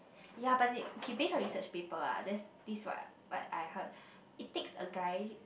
ya but the~ okay based on research paper ah there's this what what I heard it takes a guy